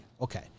Okay